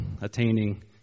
attaining